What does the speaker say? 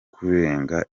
kurenga